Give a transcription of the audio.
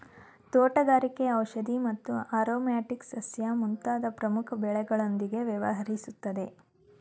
ತೋಟಗಾರಿಕೆ ಔಷಧಿ ಮತ್ತು ಆರೊಮ್ಯಾಟಿಕ್ ಸಸ್ಯ ಮುಂತಾದ್ ಪ್ರಮುಖ ಬೆಳೆಗಳೊಂದ್ಗೆ ವ್ಯವಹರಿಸುತ್ತೆ